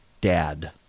dad